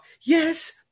Yes